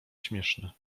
śmieszne